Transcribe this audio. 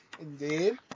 indeed